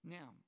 Now